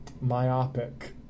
myopic